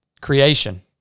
creation